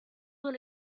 will